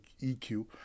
EQ